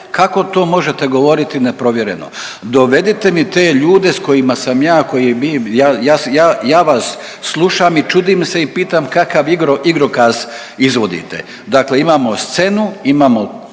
Kako to možete govoriti neprovjereno? Dovedite mi te ljude s kojima sam ja, koji je, .../nerazumljivo/... ja, ja, ja vas slušam i čudim se i pitam kakav igrokaz izvodite. Dakle imamo scenu, imamo